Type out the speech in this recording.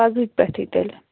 پَگہٕکھ پٮ۪ٹھے تیٚلہِ